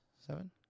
seven